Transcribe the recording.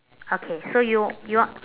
okay so you you wan~